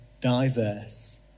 diverse